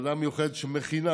הוועדה המיוחדת שמכינה,